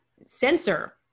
censor